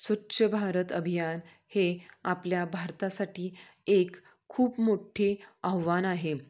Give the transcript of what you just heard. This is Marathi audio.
स्वच्छ भारत अभियान हे आपल्या भारतासाठी एक खूप मोठ्ठे आव्हान आहे